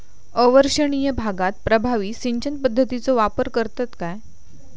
अवर्षणिय भागात प्रभावी सिंचन पद्धतीचो वापर करतत काय?